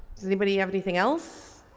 does anybody have anything else.